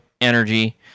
energy